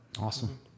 Awesome